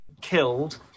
killed